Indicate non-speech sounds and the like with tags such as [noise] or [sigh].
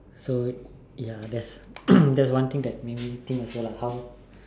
so ya that's [coughs] that's one thing that made me think also lah how